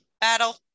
Battle